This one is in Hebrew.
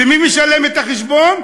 ומי משלם את החשבון?